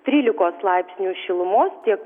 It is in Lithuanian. trylikos laipsnių šilumos tiek